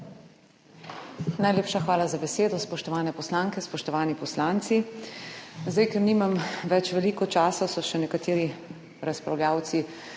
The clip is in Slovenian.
Najlepša hvala za besedo. Spoštovane poslanke, spoštovani poslanci! Zdaj, ker nimam več veliko časa, so še nekateri razpravljavci